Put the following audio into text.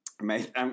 made